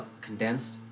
condensed